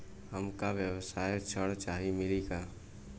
हमका व्यवसाय ऋण चाही मिली का?